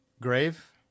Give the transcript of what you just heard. Grave